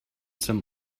some